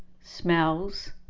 smells